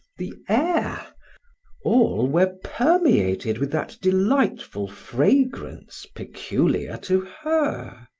the air all were permeated with that delightful fragrance peculiar to her.